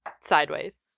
sideways